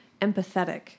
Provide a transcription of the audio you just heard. empathetic